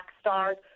stars